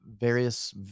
various